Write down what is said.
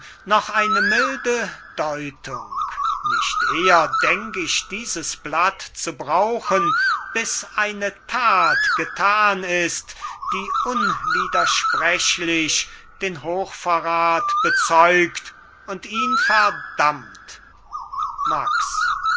noch eine milde deutung nicht eher denk ich dieses blatt zu brauchen bis eine tat getan ist die unwidersprechlich den hochverrat bezeugt und ihn verdammt max